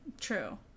True